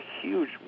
huge